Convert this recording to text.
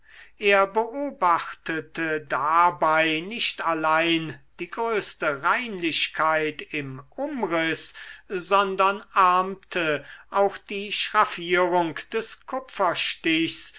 er beobachtete dabei nicht allein die größte reinlichkeit im umriß sondern ahmte auch die schraffierung des